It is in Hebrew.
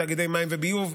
תאגידי מים וביוב,